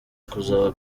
kuzaba